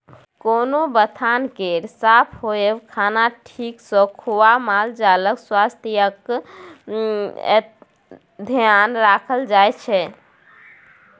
कोनो बथान केर साफ होएब, खाना ठीक सँ खुआ मालजालक स्वास्थ्यक धेआन राखल जाइ छै